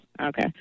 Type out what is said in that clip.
Okay